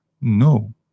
No